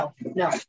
no